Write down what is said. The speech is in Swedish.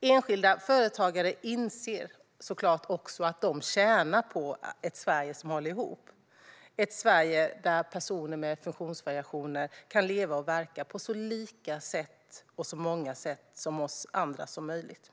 Enskilda företagare inser såklart också att de tjänar på ett Sverige som håller ihop, ett Sverige där personer med funktionsvariationer kan leva och verka på så lika och så många sätt som vi andra som möjligt.